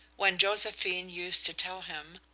when josephine used to tell him,